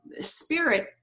spirit